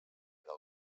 del